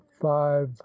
five